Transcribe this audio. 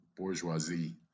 bourgeoisie